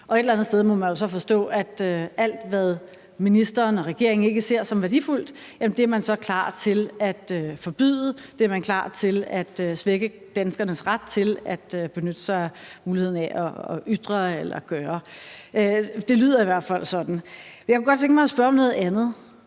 Et eller andet sted må man jo så forstå, at alt, hvad ministeren og regeringen ikke ser som værdifuldt, er man så klar til at forbyde; det er man klar til at svække danskernes ret til at benytte sig af muligheden for at ytre eller gøre. Det lyder i hvert fald sådan. Jeg kunne godt tænke mig at spørge om noget andet.